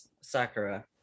sakura